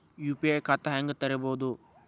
UPI ಖಾತಾ ಹೆಂಗ್ ತೆರೇಬೋದು?